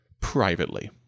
privately